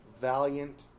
valiant